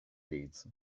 deeds